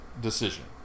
decision